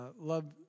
love